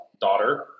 daughter